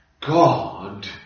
God